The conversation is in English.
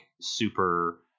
super